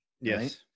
Yes